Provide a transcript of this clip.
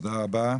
תודה רבה.